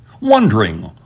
wondering